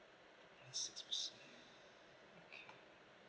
that's interesting okay